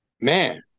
Man